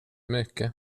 mycket